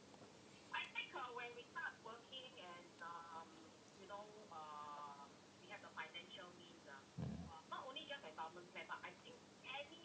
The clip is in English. mm